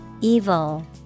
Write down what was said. Evil